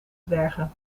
dwergen